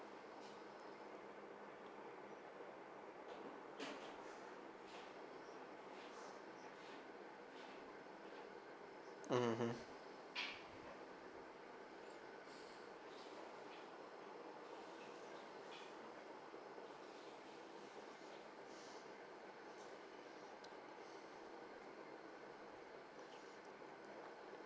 mmhmm